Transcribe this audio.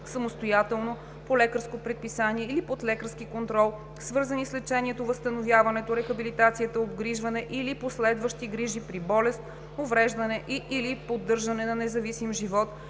самостоятелно, по лекарско предписание или под лекарски контрол, свързани с лечението, възстановяването, рехабилитация, обгрижване или последващи грижи при болест, увреждане и/или поддържане на независим живот